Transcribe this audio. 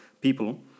people